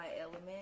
element